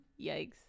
Yikes